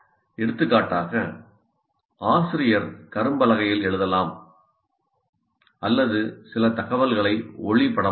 எடுத்துக்காட்டாக ஆசிரியர் கரும்பலகையில் எழுதலாம் அல்லது சில தகவல்களைத் ஒளிபடமாக்கலாம்